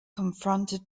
confronted